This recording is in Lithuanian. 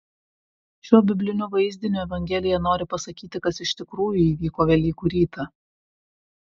šiuo bibliniu vaizdiniu evangelija nori pasakyti kas iš tikrųjų įvyko velykų rytą